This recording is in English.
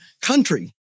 country